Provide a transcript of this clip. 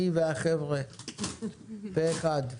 אני והחבר'ה פה אחד.